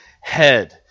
head